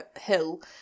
hill